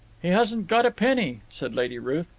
he hasn't got a penny, said lady ruth.